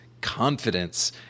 confidence